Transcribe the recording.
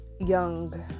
young